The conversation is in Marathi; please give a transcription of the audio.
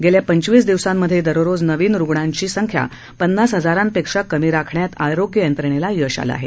गेल्या पंचवीस दिवसांमध्ये दररोज नवीन रुग्णांची संख्या पन्नास हजारांपेक्षा कमी राखण्यात आरोग्य यंत्रणेला यश आले आहे